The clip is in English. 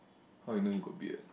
how you know he got beard